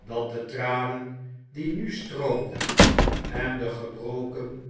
dat de tranen die nu stroomden en de gebroken